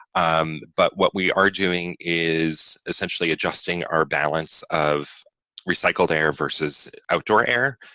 um but what we are doing is essentially adjusting our balance of recycled air versus outdoor air.